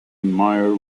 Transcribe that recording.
mayor